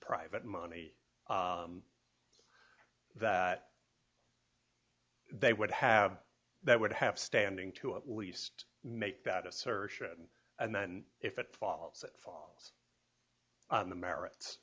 private money that they would have that would have standing to at least make that assertion and then if it fall so far on the merits